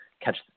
catch